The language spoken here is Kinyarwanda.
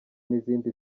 n’izindi